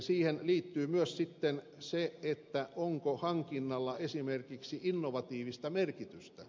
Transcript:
siihen liittyy myös sitten se onko hankinnalla esimerkiksi innovatiivista merkitystä